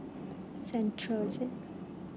central is it